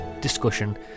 discussion